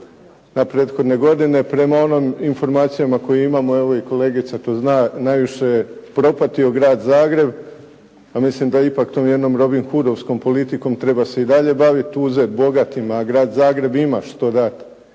na prethodne godine. Prema onim informacijama koje imamo, evo i kolegica to zna, najviše je propatio Grad Zagreb, a milim da ipak tom jednom Robin Hudovskom politikom treba se i dalje baviti, uzet bogatima, a Grad Zagreb ima što dat